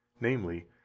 namely